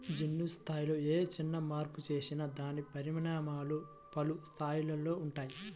జన్యు స్థాయిలో ఏ చిన్న మార్పు చేసినా దాని పరిణామాలు పలు స్థాయిలలో ఉంటాయి